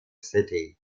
city